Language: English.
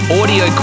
audio